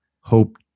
hope